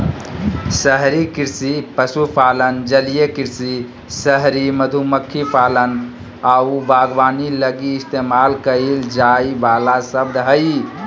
शहरी कृषि पशुपालन, जलीय कृषि, शहरी मधुमक्खी पालन आऊ बागवानी लगी इस्तेमाल कईल जाइ वाला शब्द हइ